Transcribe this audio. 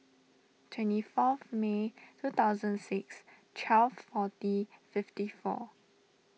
twenty fourth May two thousand six twelve forty fifty four